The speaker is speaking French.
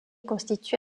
constitue